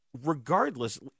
regardless